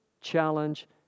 challenge